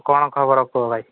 କ'ଣ ଖବର କୁହ ଭାଇ